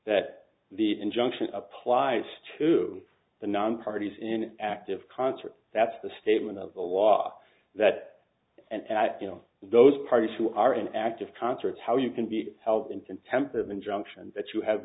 that the injunction applies to the non parties in an active concert that's the statement of the law that and you know those parties who are in active concerts how you can be held in contempt of injunction that you have